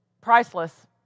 priceless